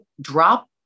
drop